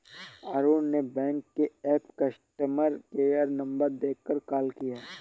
अरुण ने बैंक के app customer care number देखकर कॉल किया